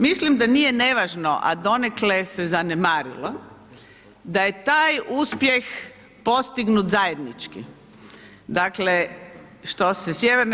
Mislim da nije nevažno, a donekle se zanemarilo, da je taj uspjeh postignut zajednički, dakle, što se Sj.